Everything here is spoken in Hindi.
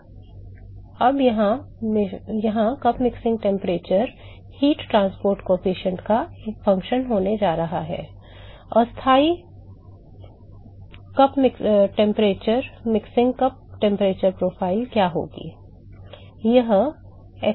तो अब यहाँ मिश्रण कप तापमान ऊष्मा परिवहन गुणांक का एक कार्य होने जा रहा है अस्थायी मिश्रण कप तापमान प्रोफ़ाइल क्या होगी